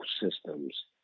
systems